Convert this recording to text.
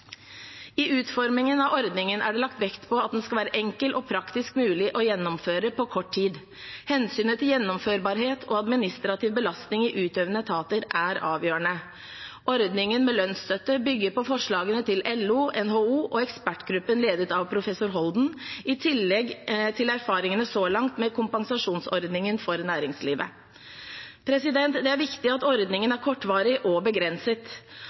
I utformingen av ordningen er det lagt vekt på at den skal være enkel og praktisk mulig å gjennomføre på kort tid. Hensynet til gjennomførbarhet og administrativ belastning i utøvende etater er avgjørende. Ordningen med lønnsstøtte bygger på forslagene til LO, NHO og ekspertgruppen ledet av professor Holden, i tillegg til erfaringene så langt med kompensasjonsordningen for næringslivet. Det er viktig at ordningen er kortvarig og begrenset.